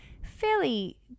fairly